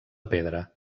pedra